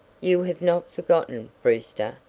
you have not forgotten, brewster,